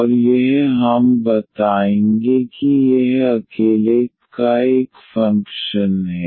और यह हम बताएंगे कि यह अकेले y का एक फंक्शन है